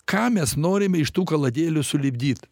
ką mes norim iš tų valandėlių sulipdyt